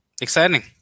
exciting